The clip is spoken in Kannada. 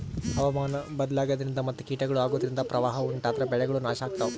ಹವಾಮಾನ್ ಬದ್ಲಾಗದ್ರಿನ್ದ ಮತ್ ಕೀಟಗಳು ಅಗೋದ್ರಿಂದ ಪ್ರವಾಹ್ ಉಂಟಾದ್ರ ಬೆಳೆಗಳ್ ನಾಶ್ ಆಗ್ತಾವ